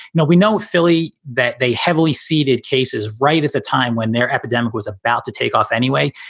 now, we know philly that they heavily seeded cases right at a time when their epidemic was about to take off anyway.